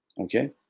Okay